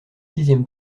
sixième